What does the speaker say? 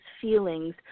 feelings